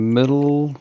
middle